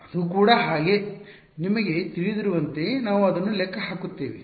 ಅದು ಕೂಡ ಹಾಗೆ ನಿಮಗೆ ತಿಳಿದಿರುವಂತೆ ನಾವು ಅದನ್ನು ಲೆಕ್ಕ ಹಾಕುತ್ತೇವೆ